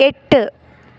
എട്ട്